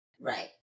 right